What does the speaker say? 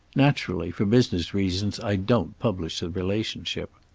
naturally, for business reasons, i don't publish the relationship.